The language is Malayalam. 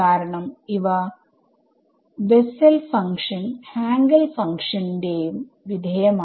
കാരണം ഇവ ബെസ്സൽ ഫങ്ക്ഷൻ നും ഹാങ്കെൽ ഫങ്ക്ഷനും ന്റെയും വിധേയമാണ്